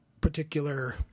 particular